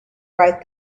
right